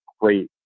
great